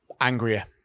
angrier